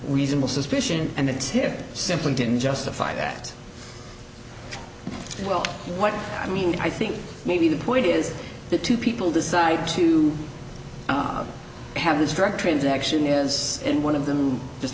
reasonable suspicion and the tip simply didn't justify that well what i mean i think maybe the point is that two people decide to have this drug transaction is in one of them